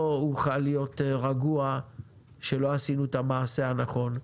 לא אוכל להיות רגוע שלא עשינו את המעשה הנכון.